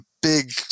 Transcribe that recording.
Big